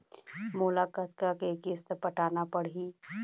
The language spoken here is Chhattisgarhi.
मोला कतका के किस्त पटाना पड़ही?